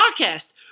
Podcast